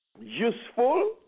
useful